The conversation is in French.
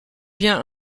bien